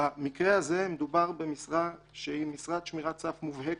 במקרה הזה מדובר במשרה שהיא משרת שמירת סף מובהקת,